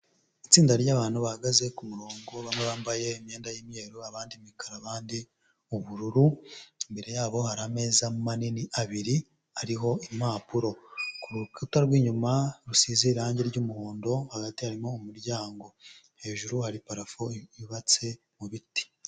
Itsinda ry'abantu bahagaze ku murongo, bamwe bambaye imyenda y'umweru, abandi imikara, abandi ubururu, imbere yabo hari ameza manini abiri, ariho impapuro. Ku rukuta rw'inyuma rusize irangi ry'umuhondo, hagati harimo umuryango. Hejuru hari parafo yubatse mu biti.